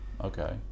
Okay